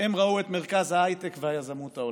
הם ראו את מרכז ההייטק והיזמות העולמי.